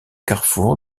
carrefour